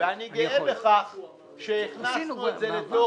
ואני גאה בכך שהכנסנו את זה לתוך